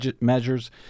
measures